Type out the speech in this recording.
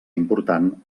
important